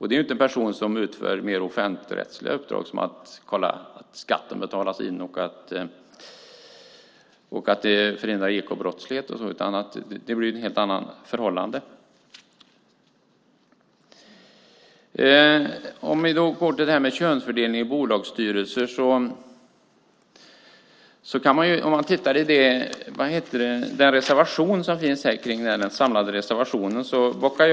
Det är inte en person som utför mer offentligrättsliga uppdrag som att kolla att skatten betalas in och förhindra ekobrottslighet. Det blir ett helt annat förhållande. Låt oss gå över till frågan om könsfördelning i bolagsstyrelser. Vi kan titta på den samlade reservationen i frågan.